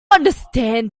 understand